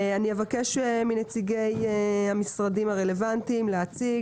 אבקש מנציגי המשרדים הרלוונטיים להציג,